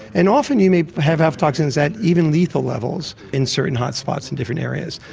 and often you may have aflatoxins at even lethal levels in certain hotspots in different areas.